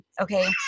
okay